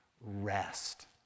Rest